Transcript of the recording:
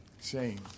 Shame